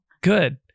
Good